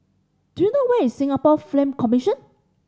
do you know where is Singapore Film Commission